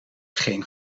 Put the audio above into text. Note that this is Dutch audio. geen